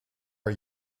are